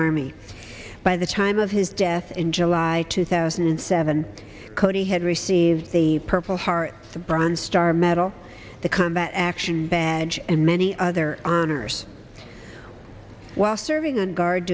army by the time of his death in july two thousand and seven cody had received the purple heart bronze star medal the combat action badge and many other earners while serving on guard